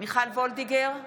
מיכל וולדיגר,